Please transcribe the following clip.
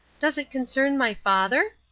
does it concern my father?